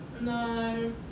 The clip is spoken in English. No